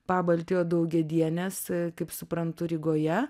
pabaltijo daugiadienės kaip suprantu rygoje